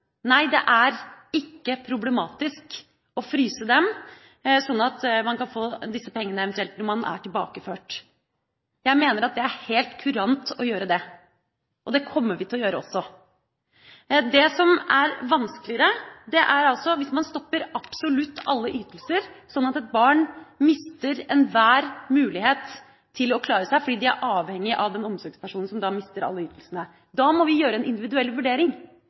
Nei, det er ikke problematisk å fryse dem, sånn at man kan få disse pengene når man eventuelt er tilbakeført. Jeg mener at det er helt kurant å gjøre det, og det kommer vi til å gjøre også. Det som er vanskeligere, er hvis man stopper absolutt alle ytelser, sånn at et barn mister enhver mulighet til å klare seg, fordi de er avhengig av den omsorgspersonen som da mister alle ytelsene. Da må vi gjøre en individuell vurdering.